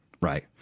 Right